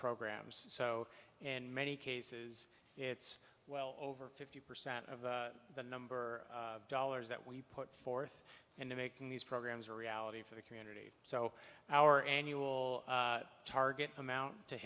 programs so in many cases it's well over fifty percent of the number of dollars that we put forth into making these programs a reality for the community so our annual target amount to